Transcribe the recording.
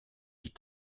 die